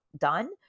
done